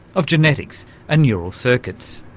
of genetics and neural circuits.